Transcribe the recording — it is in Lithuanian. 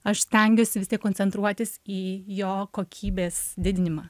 aš stengiuosi koncentruotis į jo kokybės didinimą